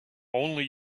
only